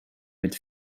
mit